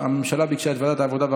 ועדת הכספים.